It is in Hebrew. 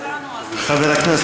שיחזירו את הגופות של החיילים שלנו,